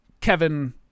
Kevin